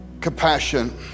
compassion